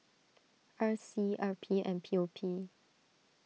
R C R P and P O P